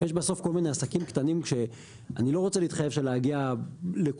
יש בסוף כל מיני עסקים קטנים שאני לא רוצה להתחייב שנגיע לכולם,